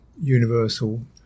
universal